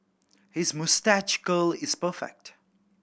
his moustache curl is perfect